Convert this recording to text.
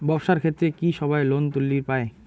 ব্যবসার ক্ষেত্রে কি সবায় লোন তুলির পায়?